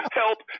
help